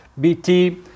BT